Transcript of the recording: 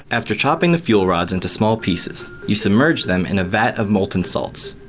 after chopping the fuel rods into small pieces you submerge them in a vat of molten salts.